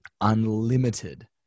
unlimited